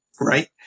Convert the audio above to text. right